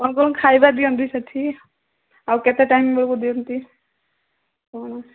କ'ଣ କ'ଣ ଖାଇବା ଦିଅନ୍ତି ସେଠି ଆଉ କେତେ ଟାଇମ୍ ବେଳକୁ ଦିଅନ୍ତି